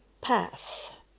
path